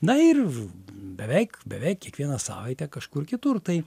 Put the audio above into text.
na ir beveik beveik kiekvieną savaitę kažkur kitur tai